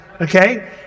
Okay